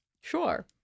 Sure